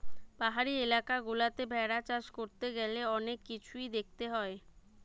পাহাড়ি এলাকা গুলাতে ভেড়া চাষ করতে গ্যালে অনেক কিছুই দেখতে হয়